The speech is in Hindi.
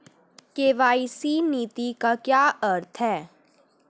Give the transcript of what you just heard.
के.वाई.सी नीति का क्या अर्थ है?